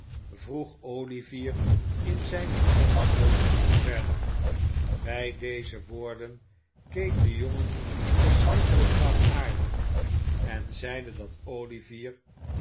vroeg olivier in zijne onschuld verder bij deze woorden keek de jongen verschrikkelijk kwaadaardig en zeide dat olivier